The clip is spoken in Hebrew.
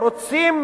רוצה,